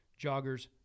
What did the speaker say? joggers